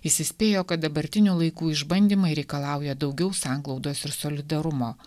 jis įspėjo kad dabartinių laikų išbandymai reikalauja daugiau sanglaudos ir solidarumo